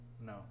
No